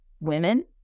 women